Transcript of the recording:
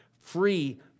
free